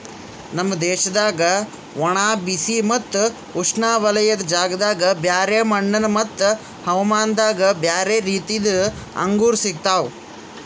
ನಮ್ ದೇಶದಾಗ್ ಒಣ, ಬಿಸಿ ಮತ್ತ ಉಷ್ಣವಲಯದ ಜಾಗದಾಗ್ ಬ್ಯಾರೆ ಮಣ್ಣ ಮತ್ತ ಹವಾಮಾನದಾಗ್ ಬ್ಯಾರೆ ರೀತಿದು ಅಂಗೂರ್ ಸಿಗ್ತವ್